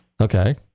Okay